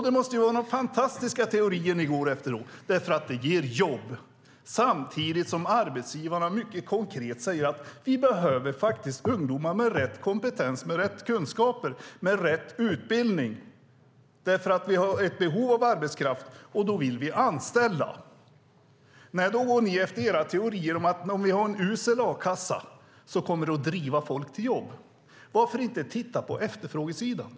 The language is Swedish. Det måste vara några fantastiska teorier ni följer eftersom teorierna ska ge jobb, samtidigt som arbetsgivarna konkret säger att de behöver ungdomar med rätt kompetens, kunskaper och utbildning. Det finns behov av arbetskraft, och arbetsgivarna vill anställa. Men ni följer era teorier om att en usel a-kassa kommer att driva folk till jobb. Varför tittar ni inte på efterfrågesidan?